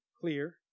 clear